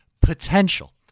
potential